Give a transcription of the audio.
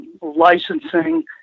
licensing